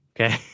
Okay